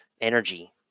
energy